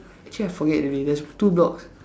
actually I forget already there's two blocks